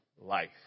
life